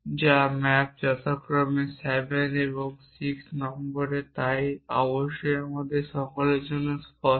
যা ম্যাপ যথাক্রমে 7 এবং 6 নম্বরে তাই যা অবশ্যই আমাদের সকলের জন্য খুব স্পষ্ট